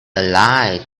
light